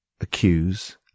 accuse